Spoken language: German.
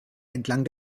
entlang